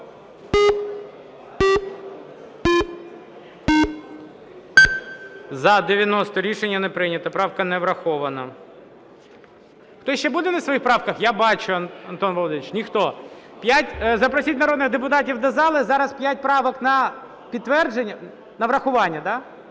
За-90 Рішення не прийнято. Правка не врахована. Хтось ще буде на своїх правках… Я бачу, Антон Володимирович. Ніхто. Запросіть народних депутатів до зали, зараз 5 правок на підтвердження… на врахування, да?